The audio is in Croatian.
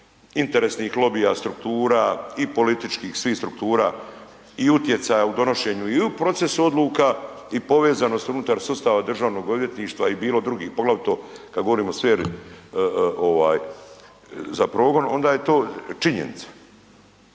interesnih lobija, struktura i političkih, svih struktura i utjecaja u donošenju i u procesu odluka i povezanost unutar sustava državnog odvjetništva i bilo drugih, poglavito kad govorimo o sferi ovaj za progon onda je to činjenica.